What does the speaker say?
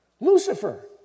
Lucifer